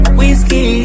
whiskey